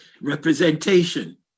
representation